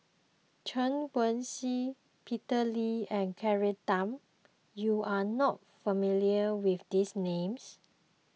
Chen Wen Hsi Peter Lee and Claire Tham you are not familiar with these names